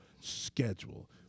Schedule